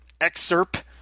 Excerpt